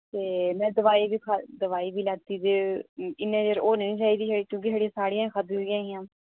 ते में दवाई बी खाद्दी दवाई बी लैती ते इन्ने चिर होना निं चाहिदी छड़ी क्योकि छड़ी साड़ियां ही खाद्दी दियां हियां